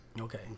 Okay